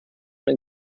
den